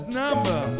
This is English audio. number